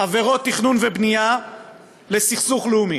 עבירות תכנון ובנייה לסכסוך לאומי,